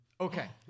Okay